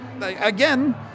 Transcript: again